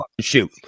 shoot